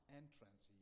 entrance